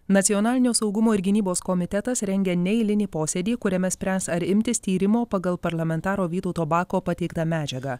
nacionalinio saugumo ir gynybos komitetas rengia neeilinį posėdį kuriame spręs ar imtis tyrimo pagal parlamentaro vytauto bako pateiktą medžiagą